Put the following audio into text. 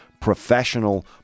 professional